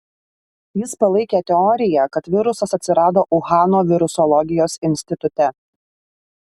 jis palaikė teoriją kad virusas atsirado uhano virusologijos institute